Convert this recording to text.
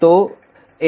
तो एक यहाँ होगा